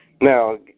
Now